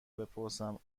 بپرسم